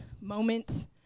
moments